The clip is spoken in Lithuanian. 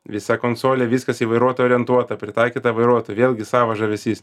visa konsolė viskas į vairuotoją orientuota pritaikyta vairuotojui vėlgi savas žavesys